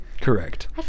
Correct